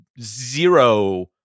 zero